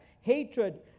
hatred